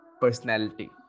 personality